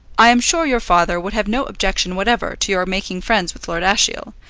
i am sure your father would have no objection whatever to your making friends with lord ashiel,